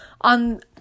on